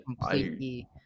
completely